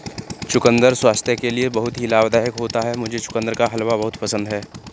चुकंदर स्वास्थ्य के लिए बहुत ही लाभदायक होता है मुझे चुकंदर का हलवा बहुत पसंद है